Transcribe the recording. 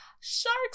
sharks